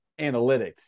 analytics